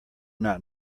not